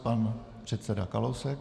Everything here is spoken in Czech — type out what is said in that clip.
Pan předseda Kalousek.